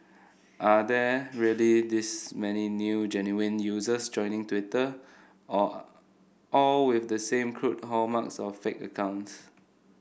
are there really this many new genuine users joining Twitter all all with the same crude hallmarks of fake accounts